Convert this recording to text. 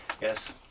yes